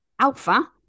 Alpha